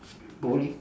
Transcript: bo leh